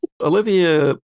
Olivia